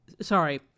Sorry